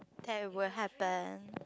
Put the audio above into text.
tear will happen